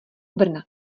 brna